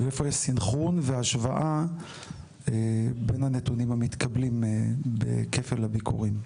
ואיפה יש סנכרון והשוואה בין הנתונים המתקבלים בכפל הביקורים.